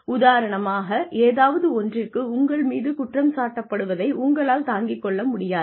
உதாரணமாக ஏதாவது ஒன்றிற்கு உங்கள் மீது குற்றம் சாட்டப்படுவதை உங்களால் தாங்கிக்கொள்ள முடியாது